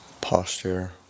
posture